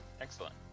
Excellent